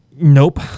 Nope